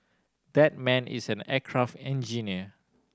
that man is an aircraft engineer